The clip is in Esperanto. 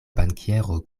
bankiero